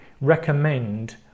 recommend